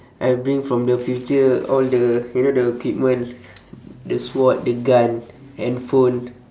I'll bring from the future all the you know the equipment the sword the gun handphone